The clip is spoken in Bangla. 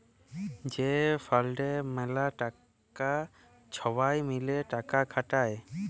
যে ফাল্ডে ম্যালা টাকা ছবাই মিলে টাকা খাটায়